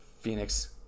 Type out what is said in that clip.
Phoenix